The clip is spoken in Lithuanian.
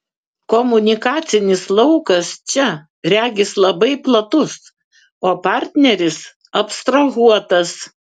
komunikacinis laukas čia regis labai platus o partneris abstrahuotas